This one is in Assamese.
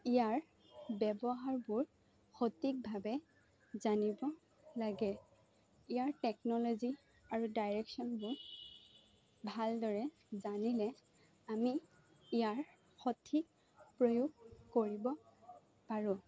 ইয়াৰ ব্যৱহাৰবোৰ সঠিকভাৱে জানিব লাগে ইয়াৰ টেকনলজি আৰু ডাইৰেকশ্যনবোৰ ভালদৰে জানিলে আমি ইয়াৰ সঠিক প্ৰয়োগ কৰিব পাৰোঁ